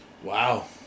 Wow